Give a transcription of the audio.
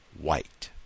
white